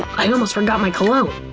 i almost forgot my cologne.